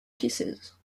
kisses